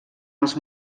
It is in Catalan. els